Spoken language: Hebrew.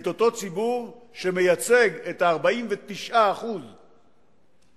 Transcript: את אותו ציבור שמייצג את ה-49% שהתנגדו